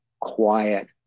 quiet